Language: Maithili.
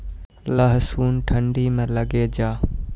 लहसुन ठंडी मे लगे जा?